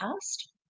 past